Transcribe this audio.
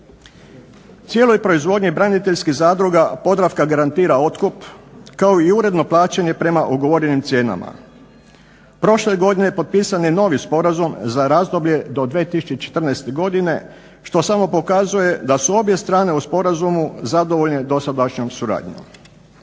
Cijeloj proizvodnji braniteljskih zadruga Podravka garantira otkup kao i uredno plaćanje prema ugovorenim cijenama. Prošle godine potpisan je novi sporazum za razdoblje do 2014.godine što samo pokazuje da su obje strane u sporazumu zadovoljne dosadašnjom suradnjom.